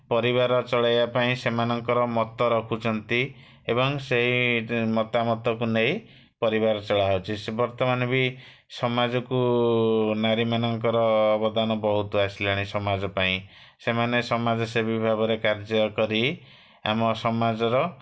ପରିବାର ଚଳେଇବା ପାଇଁ ସେମାନଙ୍କର ମତ ରଖୁଛନ୍ତି ଏବଂ ସେହି ମତାମତକୁ ନେଇ ପରିବାର ଚଳା ହେଉଛି ସେ ବର୍ତ୍ତମାନ ବି ସମାଜକୁ ନାରୀମାନଙ୍କର ଅବଦାନ ବହୁତ ଆସିଲାଣି ସମାଜ ପାଇଁ ସେମାନେ ସମାଜସେବୀ ଭାବରେ କାର୍ଯ୍ୟ କରି ଆମ ସମାଜର